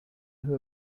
who